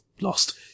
lost